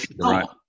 right